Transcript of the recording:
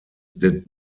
did